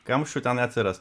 kamščių ten neatsiras